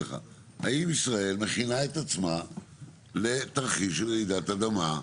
האם ישראל מכינה את עצמה לתרחיש רעידת אדמה,